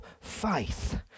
faith